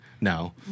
now